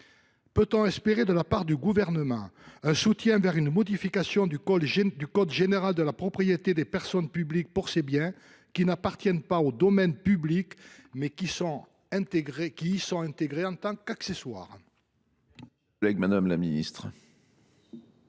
sens dans bien des cas. Le Gouvernement soutiendra t il une modification du code général de la propriété des personnes pour ces biens, qui n’appartiennent pas au domaine public, mais qui y sont intégrés en tant qu’accessoires ?